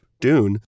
Dune